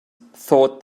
thought